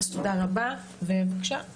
אז תודה רבה ובבקשה,